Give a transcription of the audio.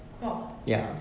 !wah!